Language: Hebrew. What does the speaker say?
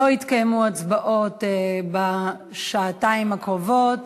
לא יתקיימו הצבעות בשעתיים הקרובות,